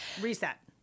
reset